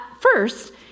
first